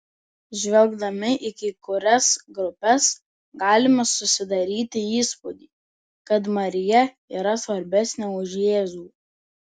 žvelgdami į kai kurias grupes galime susidaryti įspūdį kad marija yra svarbesnė už jėzų